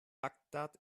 bagdad